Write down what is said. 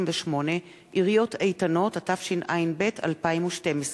128) (עיריות איתנות), התשע"ב 2012,